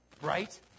Right